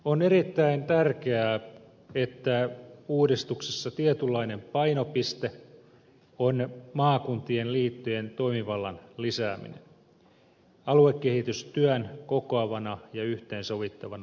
on erittäin tärkeää että uudistuksessa tietynlainen painopiste on maakuntien liittojen toimivallan lisääminen aluekehitystyön kokoavana ja yhteensovittavana viranomaisena